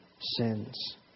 sins